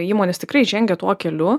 įmonės tikrai žengia tuo keliu